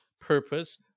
purpose